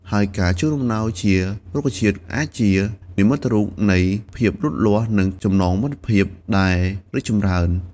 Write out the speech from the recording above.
ហើយការជូនអំណោយជារុក្ខជាតិអាចជានិមិត្តរូបនៃភាពលូតលាស់ និងចំណងមិត្តភាពដែលរីកចម្រើន។